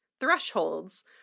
thresholds